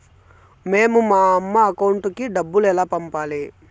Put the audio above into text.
మేము మా అమ్మ అకౌంట్ కి డబ్బులు ఎలా పంపాలి